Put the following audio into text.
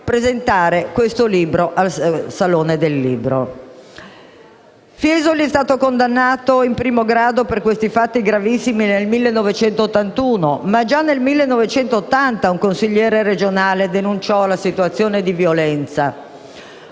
presentazione di questo libro a tale Salone. Fiesoli è stato condannato in primo grado per questi fatti gravissimi nel 1981 (ma già nel 1980 un consigliere regionale aveva denunciato la situazione di violenza),